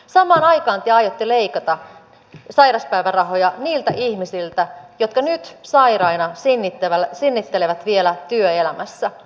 samaan aikaan te aiotte leikata sairauspäivärahoja niiltä ihmisiltä jotka nyt sairaina sinnittelevät vielä työelämässä